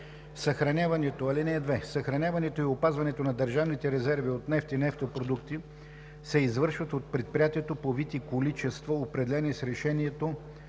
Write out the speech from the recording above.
Съхраняването и опазването на държавните резерви от нефт и нефтопродукти се извършват от предприятието по вид и количества, определени с решението